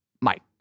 mike